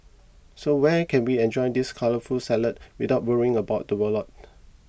so where can we enjoy this colourful salad without worrying about the wallets